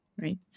right